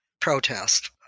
protest